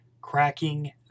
Cracking